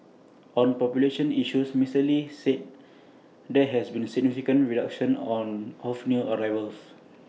on population issues Mister lee said there has been significant reduction of new arrivals